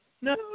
no